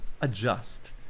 adjust